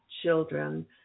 children